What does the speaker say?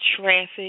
traffic